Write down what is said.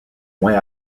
moins